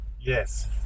Yes